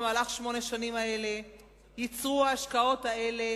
במהלך שמונה השנים האלה יצרו ההשקעות האלה